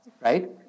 right